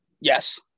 Yes